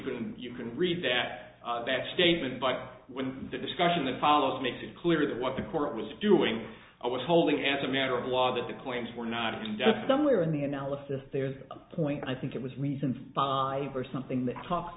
can you can read that back statement by when the discussion that followed makes it clear that what the court was doing i was holding as a matter of law that the claims were not in depth somewhere in the analysis there's a point i think it was recent by for something that talks